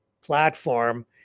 platform